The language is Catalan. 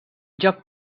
joc